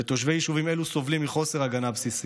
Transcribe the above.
ותושבי יישובים אלו סובלים מחוסר הגנה בסיסי.